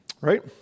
right